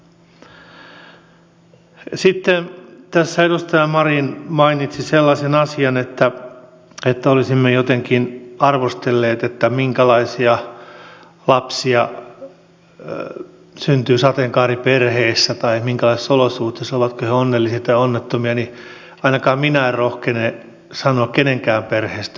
sitten kun tässä edustaja marin mainitsi sellaisen asian että olisimme jotenkin arvostelleet sitä minkälaisia lapsia syntyy sateenkaariperheissä tai minkälaisissa olosuhteissa ovatko he onnellisia tai onnettomia niin ainakaan minä en rohkene sanoa kenenkään perheestä yhtään mitään